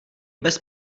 bez